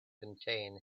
contain